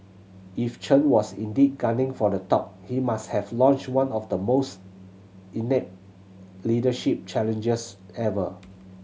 if Chen was indeed gunning for the top he must have launched one of the most inept leadership challenges ever